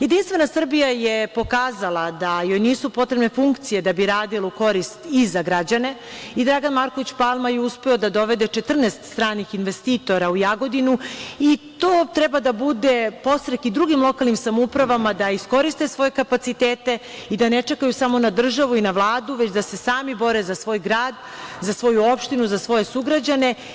Jedinstvena Srbija je pokazala da joj nisu potrebne funkcije da bi radila u korist i za građane i Dragan Marković Palma je uspeo da dovede 14 stranih investitora u Jagodinu i to treba da bude podstrek i drugim lokalnim samoupravama da iskoriste svoje kapacitete i da ne čekaju samo na državu i na Vladu, već da se sami bore za svoj grad, za svoju opštinu, za svoje sugrađane.